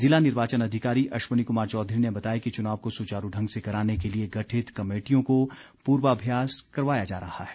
जिला निर्वाचन अधिकारी अश्विनी कुमार चौधरी ने बताया कि चुनाव को सुचारू ढंग से कराने के लिए गठित कमेटियों को पूर्वाभ्यास करवाया जा रहा है